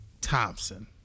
Thompson